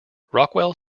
rockwell